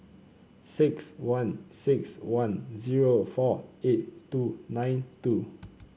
six one six one zero four eight two nine two